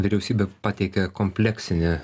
vyriausybė pateikė kompleksinę